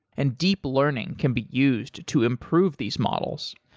and deeper learning can be used to improve these models.